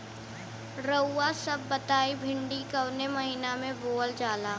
रउआ सभ बताई भिंडी कवने महीना में बोवल जाला?